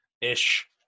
ish